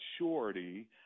maturity